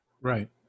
right